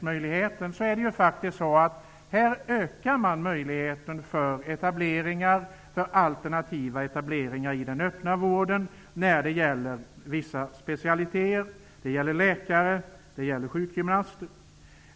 Möjligheten till alternativa etableringar i öppenvården ökar nu när det gäller vissa specialiteter. Det gäller läkare och sjukgymnaster.